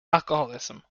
alcoholism